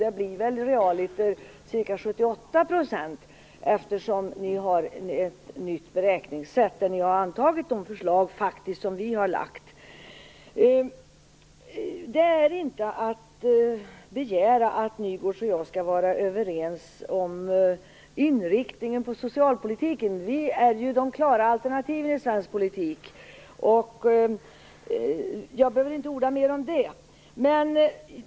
Det blir väl realiter ca 78 %, eftersom ni har ett nytt beräkningssätt där ni faktiskt har antagit de förslag som vi har lagt fram. Vi kan inte begära att Nygårds och jag skall vara överens om inriktningen på socialpolitiken. Vi representerar de klara alternativen i svensk politik. Jag behöver inte orda mer om det.